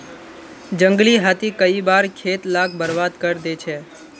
जंगली हाथी कई बार खेत लाक बर्बाद करे दे छे